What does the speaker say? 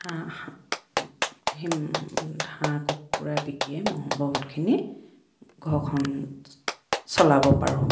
হাঁহ হাঁহ কুকুৰা বিকিয়ে মই বহুতখিনি ঘৰখন চলাব পাৰোঁ